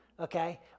okay